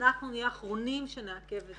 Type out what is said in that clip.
שאנחנו נהיה האחרונים שנעכב את זה.